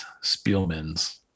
Spielman's